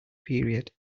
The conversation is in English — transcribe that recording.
period